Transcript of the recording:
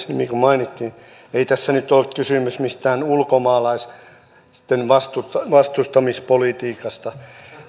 nimi mainittiin ei tässä nyt ole kysymys mistään ulkomaalaisten vastustamispolitiikasta